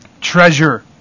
treasure